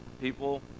People